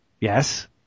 yes